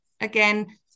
again